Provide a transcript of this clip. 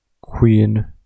Queen